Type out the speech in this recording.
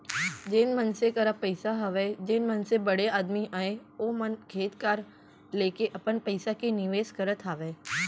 जेन मनसे करा पइसा हवय जेन मनसे बड़े आदमी अय ओ मन खेत खार लेके अपन पइसा के निवेस करत हावय